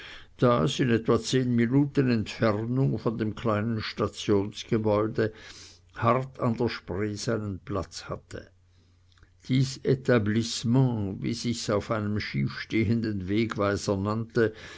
das in etwa zehn minuten entfernung von dem kleinen stationsgebäude hart an der spree seinen platz hatte dies etablissement wie sich's auf einem schiefstehenden wegweiser nannte